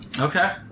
Okay